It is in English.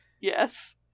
Yes